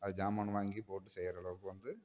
அது சாமான் வாங்கிப் போட்டு செய்கிற அளவுக்கு வந்து